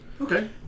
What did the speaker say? Okay